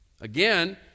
again